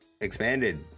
expanded